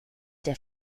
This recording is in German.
der